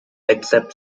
accept